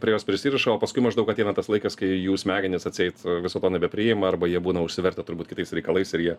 prie jos prisiriša o paskui maždaug ateina tas laikas kai jų smegenys atseit viso to nebepriima arba jie būna užsivertę turbūt kitais reikalais ir jie